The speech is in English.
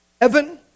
heaven